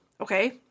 Okay